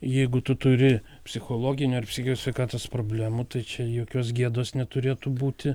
jeigu tu turi psichologinių ar psichios sveikatos problemų tai čia jokios gėdos neturėtų būti